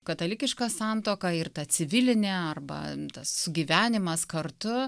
katalikiška santuoka ir ta civilinė arba tas sugyvenimas kartu